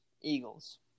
Eagles